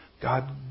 God